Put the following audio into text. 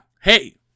Hey